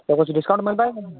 तो कुछ डिस्काउंट मिल पाएगा